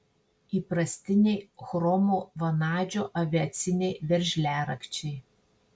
įprastiniai chromo vanadžio aviaciniai veržliarakčiai